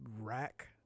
rack